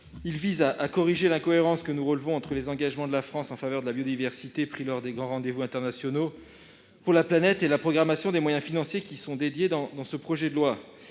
Il vise à corriger l'incohérence relevée entre les engagements de la France pour la biodiversité, pris lors des grands rendez-vous internationaux pour la planète, et la programmation des moyens financiers qui lui sont consacrés dans le cadre de ce